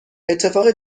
اتفاق